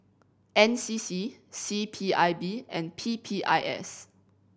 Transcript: N C C C P I B and P P I S